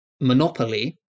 monopoly